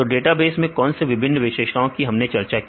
तो डेटाबेस के कौन से विभिन्न विशेषताओं कि हमने चर्चा की